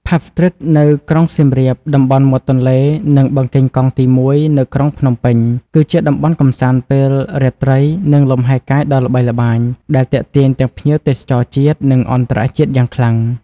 Pub Street នៅក្រុងសៀមរាប តំបន់មាត់ទន្លេ និងបឹងកេងកងទី១ នៅក្រុងភ្នំពេញ គឺជាតំបន់កម្សាន្តពេលរាត្រី និងលំហែកាយដ៏ល្បីល្បាញ ដែលទាក់ទាញទាំងភ្ញៀវទេសចរជាតិ និងអន្តរជាតិយ៉ាងខ្លាំង។